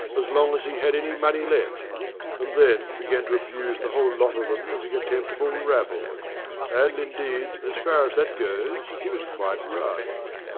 as long as he had any money left and then began to abuse the whole lot of them as a contemptible rabble and, indeed, as far as that goes he was quite right.